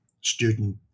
student